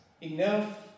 enough